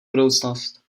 budoucnost